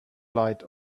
light